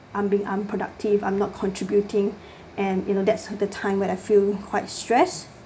I'm being unproductive I'm not contributing and you know that's the time where I feel quite stress